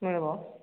ମିଳିବ